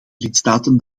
lidstaten